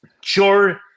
sure